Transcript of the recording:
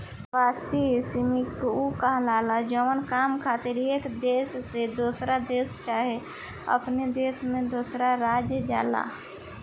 प्रवासी श्रमिक उ कहाला जवन काम खातिर एक देश से दोसर देश चाहे अपने देश में दोसर राज्य जाला